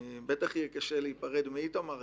בטח יהיה קשה להיפרד מאיתמר,